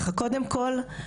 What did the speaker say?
קודם כל,